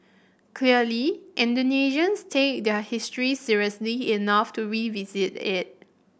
clearly Indonesians take their history seriously enough to revisit it